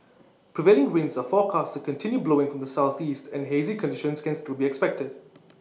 prevailing winds are forecast to continue blowing from the Southeast and hazy conditions can still be expected